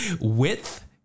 Width